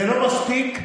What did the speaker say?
זה לא מספיק כי,